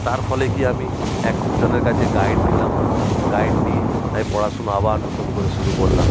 তার ফলে কি আমি একজনের কাছে গাইড নিলাম গাইড নিয়ে আমি পড়াশুনো আবার নতুন করে শুরু করলাম